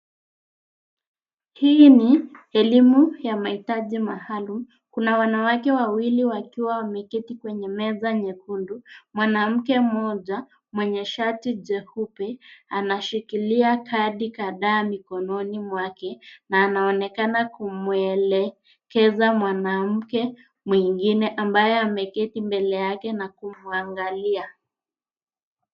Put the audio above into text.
Hii ni elimu ya mahitaji maalum. Kuna wanawake wawili wakiwa wameketi kwenye meza nyekundu. Mwanamke mmoja mwenye shati jeupe anashikilia kadi kadhaa mikononi mwake na anaonekana kumwelekeza mwanamke mwengine ambaye ameketi mbele yake na kumwangalia.